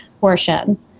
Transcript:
portion